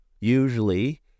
usually